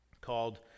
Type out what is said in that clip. called